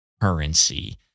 currency